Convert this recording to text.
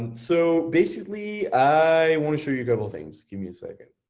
and so, basically, i wanna show you a couple things. give me a second.